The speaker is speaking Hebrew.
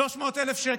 300,000 שקל.